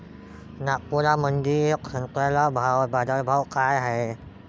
नागपुरामंदी संत्र्याले बाजारभाव काय हाय?